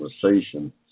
conversation